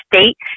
state